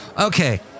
Okay